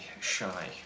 shy